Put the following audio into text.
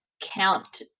count